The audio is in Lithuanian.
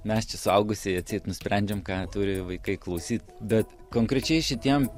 mes čia suaugusieji atseit nusprendžiam ką turi vaikai klausyt bet konkrečiai šitiem